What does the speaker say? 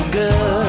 good